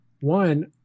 One